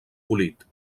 polit